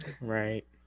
Right